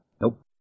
Nope